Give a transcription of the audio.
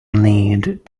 need